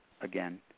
again